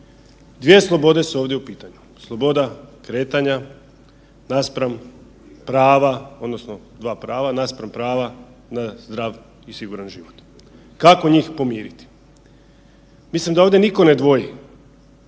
Dvije slobode su ovdje u pitanju, sloboda kretanja naspram prava odnosno dva prava naspram prava na zdrav i siguran život. Kako njih pomiriti? Mislim da ovdje niko ne dvoji